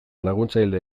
laguntzaile